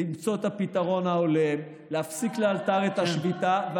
למצוא את הפתרון ההולם ולהפסיק לאלתר את השביתה.